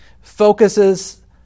focuses